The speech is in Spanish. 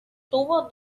tuvo